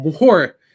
more